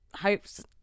hopes